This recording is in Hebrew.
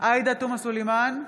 עאידה תומא סלימאן,